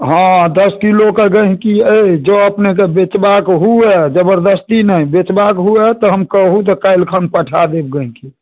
हँ दश किलो के गैहकी अछि जँ अपनेक बेचबाके हुए जबरदस्ती नहि बेचबाके हुए तऽ हम कहू काल्हि खन पठा देब गैहकी